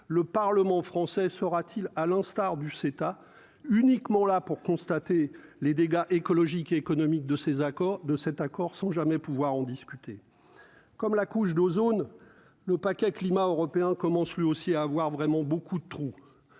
le parlement français sera-t-il, à l'instar du CETA uniquement là pour constater les dégâts écologiques et économiques de ces accords de cet accord, sans jamais pouvoir en discuter comme la couche d'ozone, le paquet climat européen commence lui aussi à avoir vraiment beaucoup de trous,